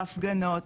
בהפגנות,